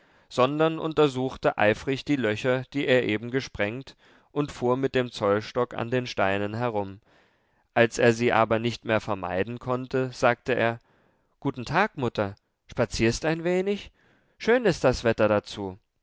sondern untersuchte eifrig die löcher die er eben gesprengt und fuhr mit dem zollstock an den steinen herum als er sie aber nicht mehr vermeiden konnte sagte er guten tag mutter spazierest ein wenig schön ist das wetter dazu